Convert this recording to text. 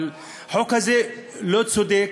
אבל החוק הזה לא צודק,